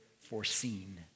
foreseen